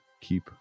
keep